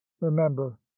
remember